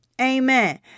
Amen